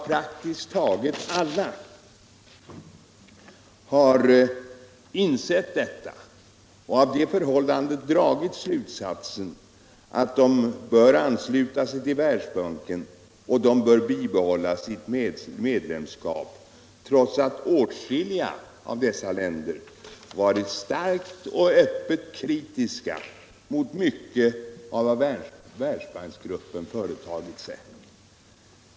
praktiskt taget alla, har insett dewa och har av detta förhållande dragit slutsatsen att de bör ansluta sig till Världsbanken och bibehålla sitt medlemskap, trots att åtskilliga av dem varit starkt och öppet kritiska mot mycket av vad Världsbanksgruppen företagit sig.